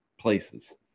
places